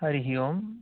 हरिः ओम्